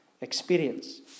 experience